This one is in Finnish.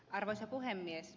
arvoisa puhemies